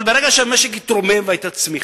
אבל ברגע שהמשק התרומם והיתה צמיחה,